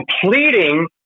completing